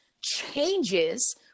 changes